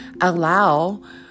allow